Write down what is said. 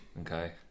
Okay